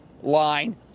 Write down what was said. line